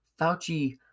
Fauci